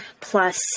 plus